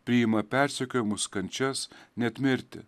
priima persekiojamus kančias net mirtį